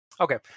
Okay